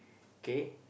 kay